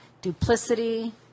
duplicity